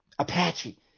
Apache